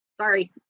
Sorry